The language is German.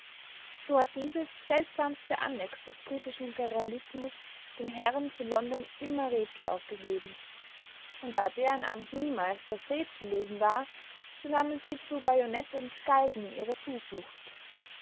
so hat dieses seltsamste annex des britischen imperialismus den herren zu london immer rätsel aufgegeben und da deren amt niemals das rätsellösen war so nahmen sie zu bajonett und galgen ihre zuflucht